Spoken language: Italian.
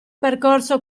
percorso